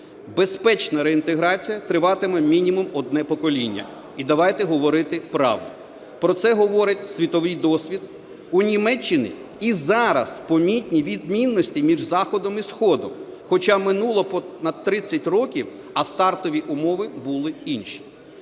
Безпечна реінтеграція триватиме мінімум одне покоління і давайте говорити правду. Про це говорить світовий досвід. У Німеччині і зараз помітні відмінності між заходом і сходом, хоча минуло понад 30 років, а стартові умови були інші.